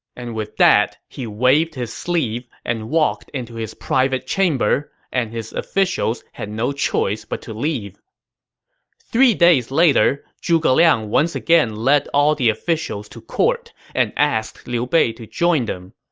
and with that, he waved his sleeve and walked into his private chamber, and his officials had no choice but to leave three days later, zhuge liang once again led all the officials to court and asked liu bei to join them.